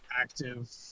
active